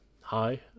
hi